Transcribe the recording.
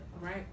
Right